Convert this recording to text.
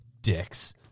dicks